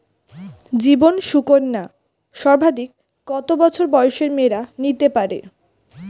জীবন সুকন্যা সর্বাধিক কত বছর বয়সের মেয়েরা নিতে পারে?